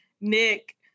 nick